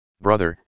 Brother